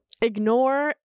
ignore